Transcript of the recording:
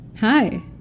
hi